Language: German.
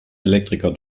elektriker